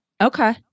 Okay